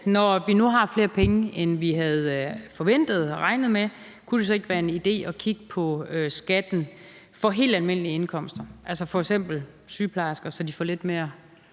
Når vi nu har flere penge, end vi havde forventet og regnet med, kunne det så ikke være en idé at kigge på skatten for helt almindelige indkomster, altså f.eks. i forhold til sygeplejersker, så de får lidt mere